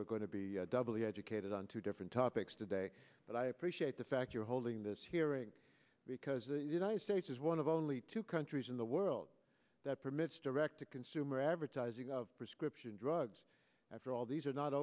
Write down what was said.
we're going to be doubly educated on two different topics today but i appreciate the fact you're holding this hearing because the united states is one of only two countries in the world that permits direct to consumer advertising of prescription drugs after all these are not